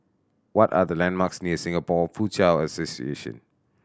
what are the landmarks near Singapore Foochow Association